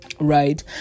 Right